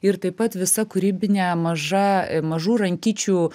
ir taip pat visa kūrybinė maža mažų rankyčių